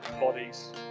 bodies